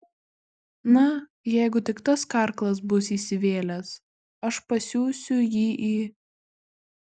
na jeigu tik tas karklas bus įsivėlęs aš pasiųsiu jį į